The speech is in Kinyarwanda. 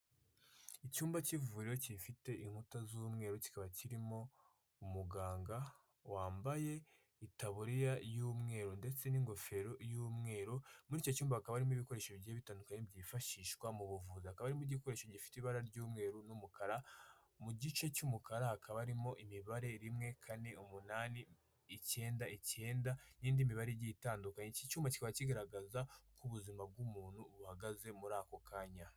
Icyumba cy'ivuriro gifite inkuta z'umweru kikaba kirimo umuganga wambaye itaburiya y'umweru ndetse n'ingofero y'umweru, muri icyo cyumba akaba harimo ibikoresho bigiye bitandukanye byifashishwa mu buvuzi hakabamo igikoresho gifite ibara ry'umweru n'umukara mu gice cy'umukara hakaba harimo imibare rimwe, kane, umunani, icyenda icyenda n'indi mibare igiye itandukanye; iki cyumba kiba kigaragaza uko ubuzima bw'umuntu buhagaze muri ako kanya.